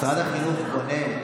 משרד החינוך בונה,